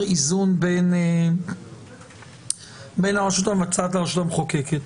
איזון בין הרשות המבצעת לרשות המחוקקת.